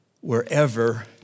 wherever